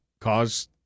cause